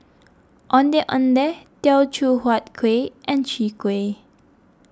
Ondeh Ondeh Teochew Huat Kuih and Chwee Kueh